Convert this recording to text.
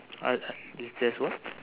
I uh is there's what